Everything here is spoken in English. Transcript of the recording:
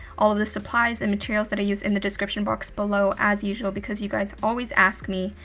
all of the supplies and materials that i use in the description box below as usual, because you guys always ask me,